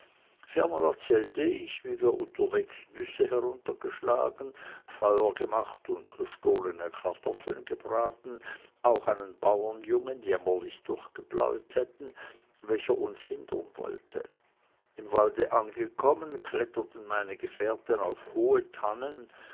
ferner erzählte ich wie wir unterwegs nüsse heruntergeschlagen feuer gemacht und gestohlene kartoffeln gebraten auch einen bauernjungen jämmerlich durchgebleut hätten welcher uns hindern wollte im walde angekommen kletterten meine gefährten auf hohe tannen